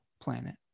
planet